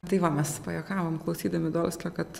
tai va mes pajuokavom klausydami dolskio kad